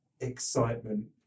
excitement